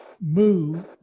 move